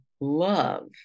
love